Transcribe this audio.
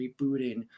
rebooting